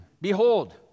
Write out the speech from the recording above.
Behold